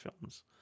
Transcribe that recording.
films